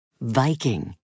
Viking